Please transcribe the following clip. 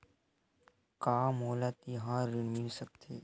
का मोला तिहार ऋण मिल सकथे?